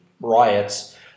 riots